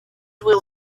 will